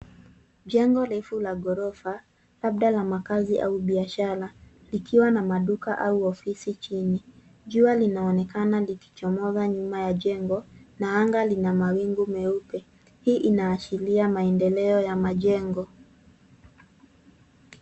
Jengo refu la ghorofa, labda la makazi au biashara, likiwa na maduka au ofisi chini. Jua linaonekana likichomoza nyuma ya jengo, na anga lina mawingu meupe. Hii inaashiria maendeleo ya majengo.